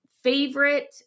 favorite